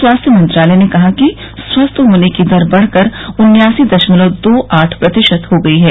स्वास्थ्य मंत्रालय ने कहा है कि स्वस्थ होने की दर बढ़कर उनासी दशमलव दो आठ प्रतिशत हो गई है